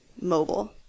mobile